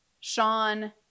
Sean